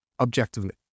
objectively